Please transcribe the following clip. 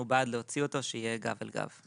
אנחנו בעד להוציא אותו שיהיה גב אל גב.